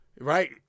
Right